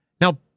Now